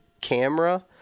camera